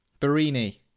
Barini